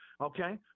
okay